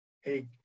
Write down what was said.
hey